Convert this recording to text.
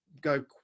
go